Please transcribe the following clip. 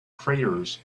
craters